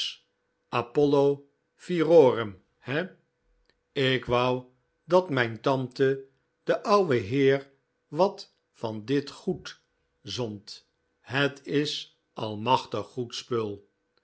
apollo virorum he ik wou dat mijn tante den ouwen heer wat van dit goed zond het is allemachtig goed spul